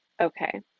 Okay